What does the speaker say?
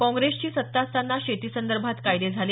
काँग्रेसची सत्ता असताना शेतीसंदर्भात कायदे झाले